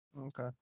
Okay